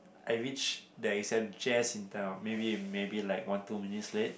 I reached the exam just in time maybe maybe like one two minutes late